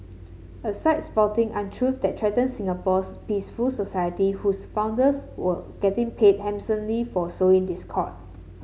a site spouting untruth that threaten Singapore's peaceful society whose founders were getting paid handsomely for sowing discord